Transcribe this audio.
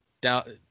down